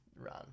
run